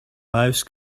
mouse